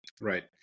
Right